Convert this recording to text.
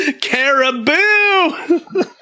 Caribou